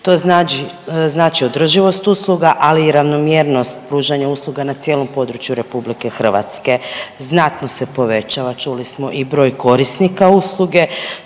To znači održivost usluga, ali i ravnomjernost pružanja usluga na cijelom području RH. Znatno se povećava, čuli smo, i broj korisnika usluge,